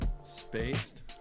spaced